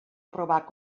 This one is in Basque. probak